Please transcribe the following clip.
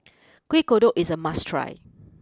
Kueh Kodok is a must try